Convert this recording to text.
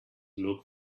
look